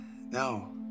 No